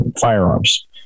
firearms